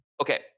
Okay